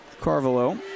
Carvalho